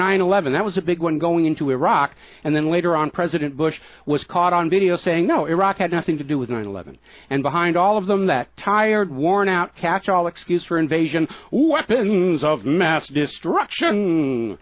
nine eleven that was a big one going into iraq and then later on president bush was caught on video saying no iraq had nothing to do with nine eleven and behind all of them that tired worn out catch all excuse for invasion of mass destruction